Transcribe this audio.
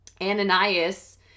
Ananias